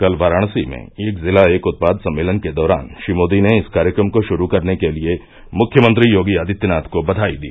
कल वाराणसी में एक जिला एक उत्पाद सम्मेलन के दौरान श्री मोदी ने इस कार्यक्रम को शुरू करने के लिए मुख्यमंत्री योगी आदित्यनाथ को बधाई दी